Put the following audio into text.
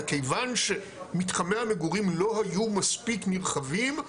מכיוון שמתחמי המגורים לא היו מספיק נרחבים,